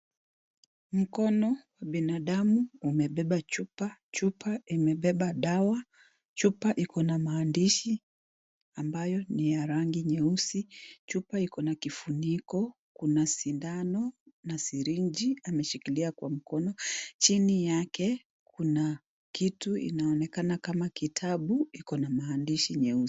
Mkono wa binadamu umebeba chupa. Chupa imebeba dawa. Chupa iko na maandishi ambayo ni ya rangi nyeusi. Chupa iko na kifuniko, kuna sindano, sirinji ameshikilia kwa mkono. Chini yake kuna kitu inaonekana kama kitabu iko na maandishi nyeusi.